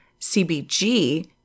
CBG